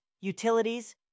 utilities